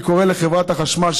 אני קורא לחברת החשמל,